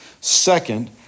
Second